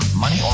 money